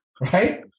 Right